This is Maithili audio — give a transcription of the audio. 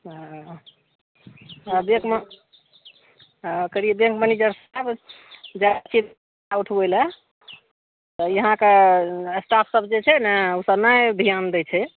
हँ हँ बैंकमे हँ कहलियै बैंक मनेजर साहब जाइ छियै उठबय लए यहाँके स्टाफ सब जे छै ने उ सब ने ध्यान दै छै